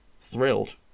thrilled